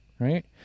right